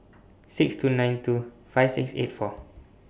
six two nine two five six eight four